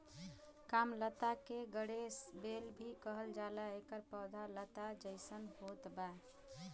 कामलता के गणेश बेल भी कहल जाला एकर पौधा लता जइसन होत बा